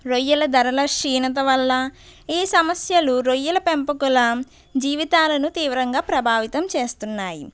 రొయ్యల ధరల క్షీణత వల్ల ఈ సమస్యలు రొయ్యల పెంపకుల జీవితాలను తీవ్రంగా ప్రభావితం చేస్తున్నాయి